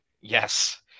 Yes